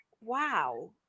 wow